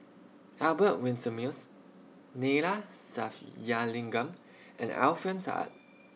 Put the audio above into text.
Albert Winsemius Neila Sathyalingam and Alfian Sa'at